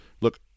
look